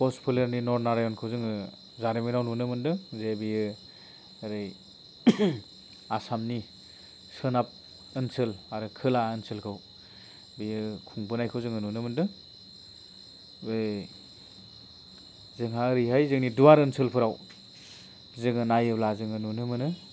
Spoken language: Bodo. कस फोलेरनि नर नारायनखौ जोङो जारिमिनाव नुनो मोनदों जे बियो ओरै आसामनि सोनाब ओनसोल आरो खोला ओनसोलखौ बियो खुंबोनायखौ जोङो नुनो मोनदों बे जोंहा ओरैहाय जोंनि दुवार ओनसोलफोराव जोङो नाइयोब्ला जोङो नुनो मोनो